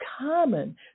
common